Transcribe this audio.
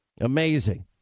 Amazing